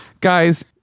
guys